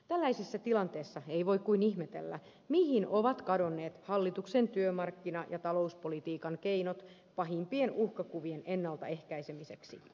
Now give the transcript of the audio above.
tällaisessa tilanteessa ei voi kuin ihmetellä mihin ovat kadonneet hallituksen työmarkkina ja talouspolitiikan keinot pahimpien uhkakuvien ennalta ehkäisemiseksi